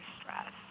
stress